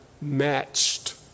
matched